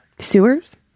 sewers